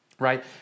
right